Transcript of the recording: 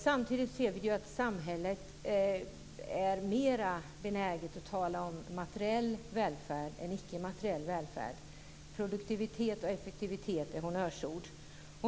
Samtidigt ser vi att samhället är mera benäget att tala om materiell välfärd än icke materiell välfärd. Produktivitet och effektivitet är honnörsord.